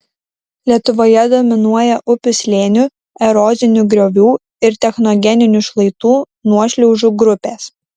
lietuvoje dominuoja upių slėnių erozinių griovų ir technogeninių šlaitų nuošliaužų grupės